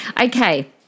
Okay